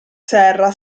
serra